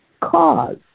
Cause